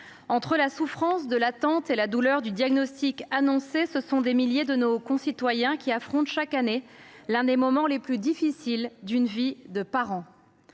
Entre la souffrance de l’attente et la douleur du diagnostic annoncé, des milliers de nos concitoyens affrontent chaque année l’un des moments les plus difficiles de leur vie de parent.